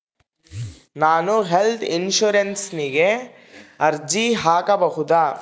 ನಾನು ಹೆಲ್ತ್ ಇನ್ಶೂರೆನ್ಸಿಗೆ ಅರ್ಜಿ ಹಾಕಬಹುದಾ?